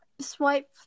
Swipe